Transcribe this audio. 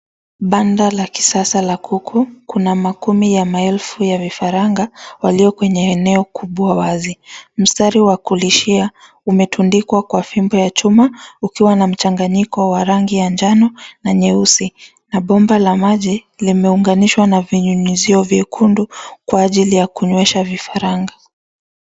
Banda la kisasa la kuku. Kuna makumi ya maelfu ya vifaranga walio kwenye eneo kubwa wazi. Mstari wa kulishia umetundikwa kwa fimbo ya chuma ukiwa na mchanganyiko wa rangi ya njano na nyeusi na bomba la maji limeunganishwa na vinyunyuzio vyekundu kwa ajili ya kunywesha vifaranga.